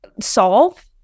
solve